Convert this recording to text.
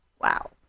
Wow